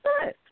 good